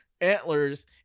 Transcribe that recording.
antlers